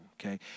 okay